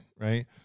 right